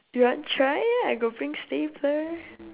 do you want try I got bring stapler